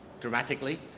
dramatically